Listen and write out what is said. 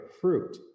fruit